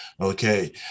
Okay